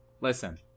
Listen